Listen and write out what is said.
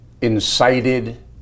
incited